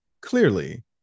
clearly